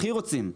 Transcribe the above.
הכי רוצים.